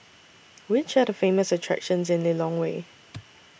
Which Are The Famous attractions in Lilongwe